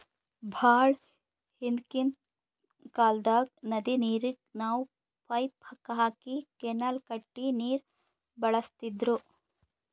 ಭಾಳ್ ಹಿಂದ್ಕಿನ್ ಕಾಲ್ದಾಗ್ ನದಿ ನೀರಿಗ್ ನಾವ್ ಪೈಪ್ ಹಾಕಿ ಕೆನಾಲ್ ಕಟ್ಟಿ ನೀರ್ ಬಳಸ್ತಿದ್ರು